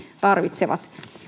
tarvitsevat